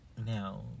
now